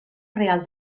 real